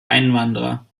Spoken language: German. einwanderer